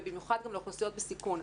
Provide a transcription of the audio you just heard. ובמיוחד גם לאוכלוסיות בסיכון,